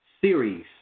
series